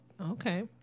Okay